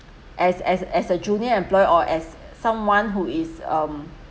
as as as a junior employee or as someone who is um